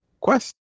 Quest